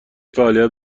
فعالیت